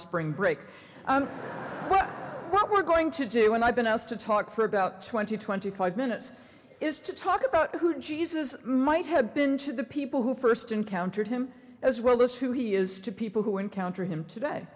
spring break but what we're going to do when i've been asked to talk for about twenty twenty five minutes is to talk about who jesus might have been to the people who first encountered him as well as who he is to people who encounter him today